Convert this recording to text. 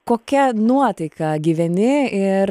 kokia nuotaika gyveni ir